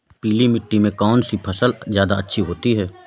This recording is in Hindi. पीली मिट्टी में कौन सी फसल ज्यादा अच्छी होती है?